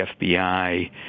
FBI